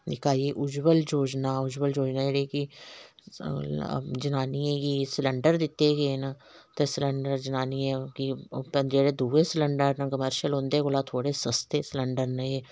इक आई गेई उजबल योजना उजबल योजना जेह्ड़ी कि जनानियें गी सलेंडर दित्ते गे न ते सलैडंर जनानियें गी ते जेह्ड़े दुऐ सलैंडर न कमर्शल उं'दे कोला थोह्ड़े सस्ते सलैंडर न एह्